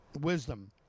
wisdom